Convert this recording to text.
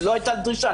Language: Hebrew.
לא הייתה דרישה.